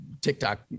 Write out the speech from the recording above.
TikTok